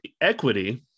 equity